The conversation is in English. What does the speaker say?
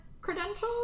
credentials